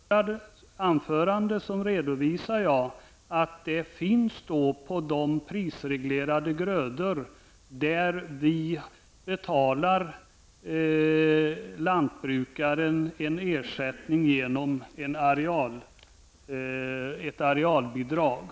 Fru talman! Karl Erik Olsson lyssnade inte på vad jag försökte förklara för honom. Vi har ställt oss bakom principen att anpassa överskyddet. I mitt anförande redovisade jag att man för prisreglerade grödor betalar en ersättning genom ett arealbidrag.